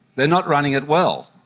they are not running it well.